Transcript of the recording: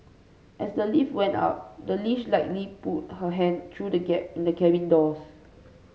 as the lift went up the leash likely pulled her hand through the gap in the cabin doors